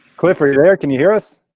cliff, are you there, can you hear us?